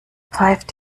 pfeift